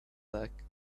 back